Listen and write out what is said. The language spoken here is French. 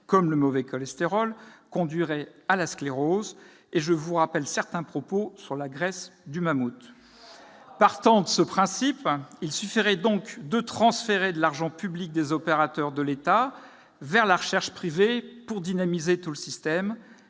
comme le mauvais cholestérol, conduirait à la sclérose- je vous rappelle certains propos sur la graisse du mammouth ... Partant de ce principe, il suffirait donc de transférer de l'argent public des opérateurs de l'État vers la recherche privée pour dynamiser tout le système.